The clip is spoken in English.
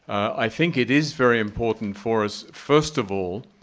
i think it is very important for us, first of all,